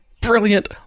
Brilliant